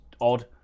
odd